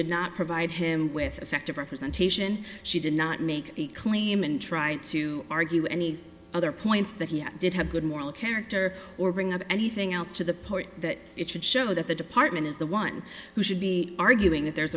did not provide him with affective representation she did not make a claim and try to argue any other points that he did have good moral character or bring up anything else to the point that it should show that the department is the one who should be arguing that there's